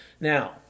Now